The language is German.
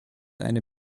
eine